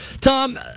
Tom